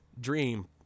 dream